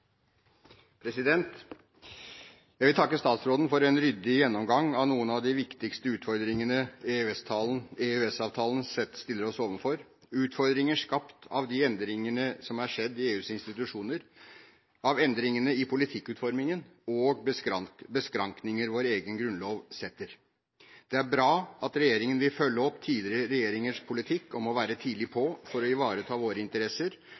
Jeg vil takke statsråden for en ryddig gjennomgang av noen av de viktigste utfordringene EØS-avtalen stiller oss overfor – utfordringer skapt av endringene som er skjedd i EUs institusjoner, av endringene i politikkutformingen og av beskrankninger vår egen grunnlov setter. Det er bra at regjeringen vil følge opp tidligere regjeringers politikk om å være tidlig på, for å ivareta våre interesser